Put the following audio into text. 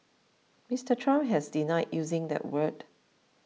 Mister Trump has denied using that word